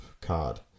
card